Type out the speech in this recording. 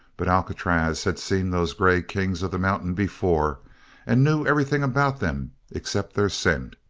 but alcatraz had seen those grey kings of the mountains before and knew everything about them except their scent.